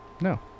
No